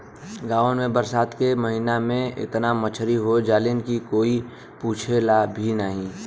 गांवन में बरसात के महिना में एतना मछरी हो जालीन की कोई पूछला भी नाहीं